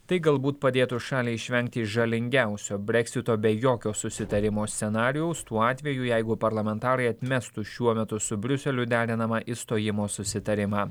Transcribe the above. tai galbūt padėtų šaliai išvengti žalingiausio breksito be jokio susitarimo scenarijaus tuo atveju jeigu parlamentarai atmestų šiuo metu su briuseliu derinamą išstojimo susitarimą